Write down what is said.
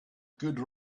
good